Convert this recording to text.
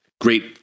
Great